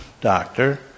doctor